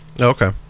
Okay